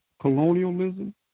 colonialism